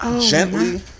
gently